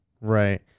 right